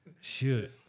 Shoot